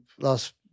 last